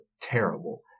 terrible